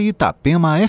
Itapema